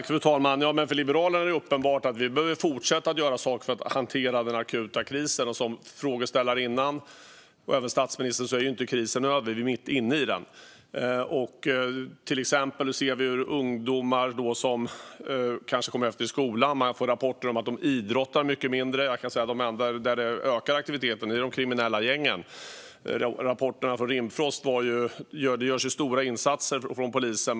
Fru talman! För Liberalerna är det uppenbart att vi behöver fortsätta göra saker för att hantera den akuta krisen. Som den tidigare frågeställaren och även statsministern sa är krisen inte över; vi är mitt inne i den. Ungdomar kanske kommer efter i skolan. Det kommer rapporter om att de idrottar mycket mindre. Det enda stället där aktiviteten ökar är bland de kriminella gängen, enligt rapporter från Rimfrost. Det görs stora insatser från polisen.